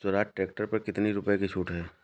Swaraj tractor पर कितनी रुपये की छूट है?